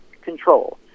control